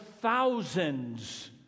thousands